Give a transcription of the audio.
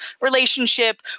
relationship